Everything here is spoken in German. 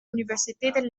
universitäten